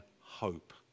hope